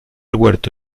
huerto